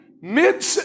mid